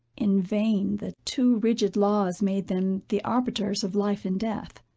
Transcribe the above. in vain the too rigid laws made them the arbiters of life and death.